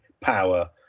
power